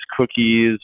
cookies